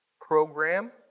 program